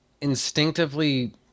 instinctively